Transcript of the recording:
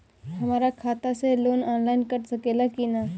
हमरा खाता से लोन ऑनलाइन कट सकले कि न?